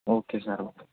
okay sir okay